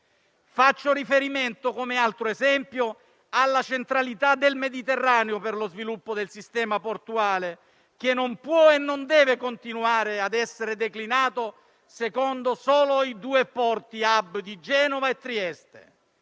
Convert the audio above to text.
Mi riferisco, come altro esempio, alla centralità del Mediterraneo per lo sviluppo del sistema portuale che non può, né deve continuare a essere declinato secondo solo i due porti *hub* di Genova e Trieste.